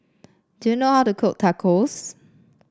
do you know how to cook Tacos